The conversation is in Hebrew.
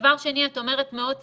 דבר שני, את אומרת מאות סרטונים,